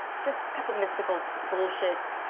just cut the mystical bullshit,